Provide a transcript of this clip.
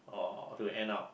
or do we end up